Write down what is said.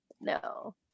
No